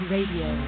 Radio